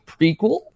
prequel